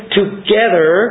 together